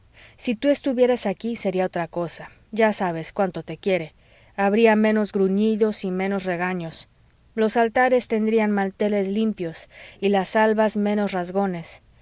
si tú estuvieras aquí sería otra cosa ya sabes cuánto te quiere habría menos gruñidos y menos regaños los altares tendrían manteles limpios y las albas menos rasgones